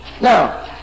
Now